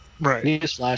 right